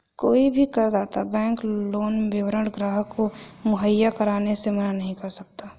कोई भी करदाता बैंक लोन विवरण ग्राहक को मुहैया कराने से मना नहीं कर सकता है